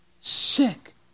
sick